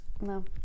No